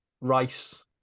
rice